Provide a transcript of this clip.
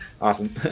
awesome